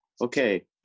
Okay